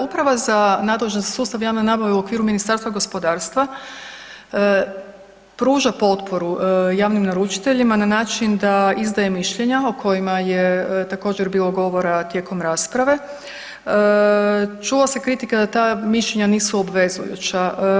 Uprava za nadležnost sustava javne nabave u okviru Ministarstva gospodarstva pruža potporu javnim naručiteljima na način da izdaje mišljenja o kojima je također bilo govora tijekom rasprave, čula se kritika da ta mišljenja nisu obvezujuća.